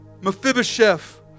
Mephibosheth